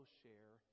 share